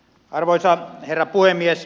arvoisa herra puhemies